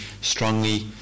strongly